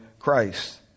Christ